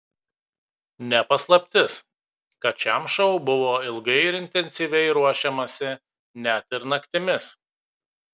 ne paslaptis kad šiam šou buvo ilgai ir intensyviai ruošiamasi net ir naktimis